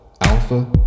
alpha